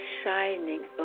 shining